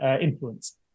influence